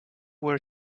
were